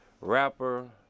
Rapper